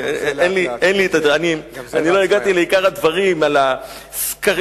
אני לא הגעתי לעיקר הדברים, על הסקרים.